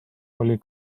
oli